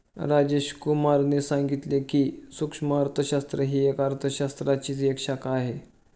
राजेश कुमार ने सांगितले की, सूक्ष्म अर्थशास्त्र ही अर्थशास्त्राचीच एक शाखा आहे